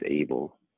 able